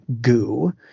goo